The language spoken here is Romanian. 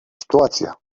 situația